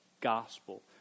gospel